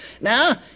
Now